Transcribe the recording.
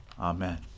Amen